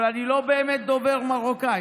אבל אני לא באמת דובר מרוקאית.